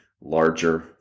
larger